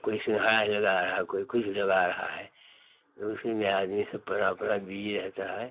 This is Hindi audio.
कोई सिँहारा लगा रहा कोई कुछ लगा रहा है तो उसी में आदमी सब अपना अपना बिज़ी रहता है